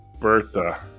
Bertha